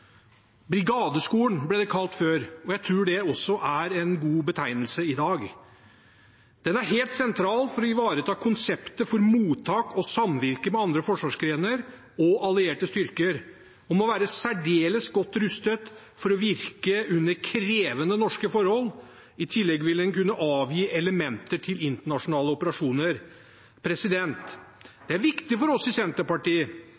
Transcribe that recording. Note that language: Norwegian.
Brigadeskolen ble det kalt før, og jeg tror det er en god betegnelse også i dag. Den er helt sentral for å ivareta konseptet for mottak og samvirke med andre forsvarsgrener og allierte styrker og må være særdeles godt rustet for å virke under krevende norske forhold. I tillegg vil den kunne avgi elementer til internasjonale operasjoner.